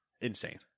Insane